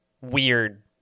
weird